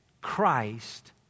Christ